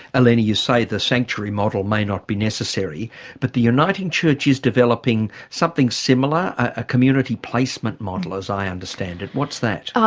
elenie you say the sanctuary model may not be necessary but the uniting church is developing something similar, a community placement model as i understand it. what's that?